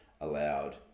allowed